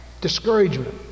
Discouragement